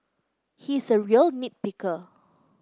he is a real nit picker